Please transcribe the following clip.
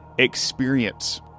Experience